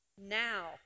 now